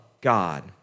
God